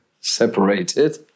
separated